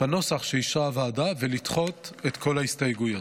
בנוסח שאישרה הוועדה ולדחות את כל ההסתייגויות.